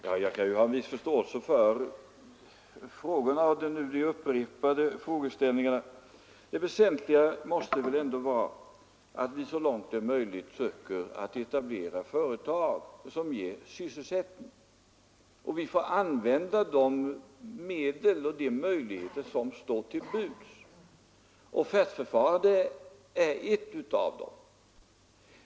Herr talman! Jag kan ha en viss förståelse för de nu upprepade frågeställningarna. Det väsentliga måste väl ändå vara att vi så långt möjligt försöker att etablera företag som ger sysselsättning. Vi får använda de medel och möjligheter som står till buds, och offertförfarande är ett av dem.